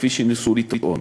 כפי שניסו לטעון.